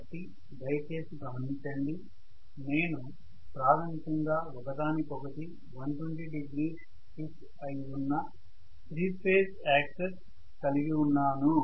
కాబట్టి దయచేసి గమనించండి నేను ప్రాథమికంగా ఒకదానికొకటి 120 డిగ్రీస్ షిఫ్ట్ అయి ఉన్న 3 ఫేజ్ యాక్సిస్ కలిగి ఉన్నాను